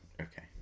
Okay